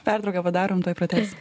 pertrauką padarom tuoj pratęsim